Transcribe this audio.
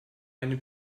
eine